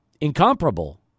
incomparable